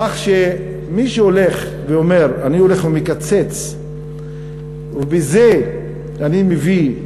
כך שמי שאומר, אני הולך ומקצץ ובזה אני מביא,